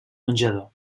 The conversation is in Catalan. menjador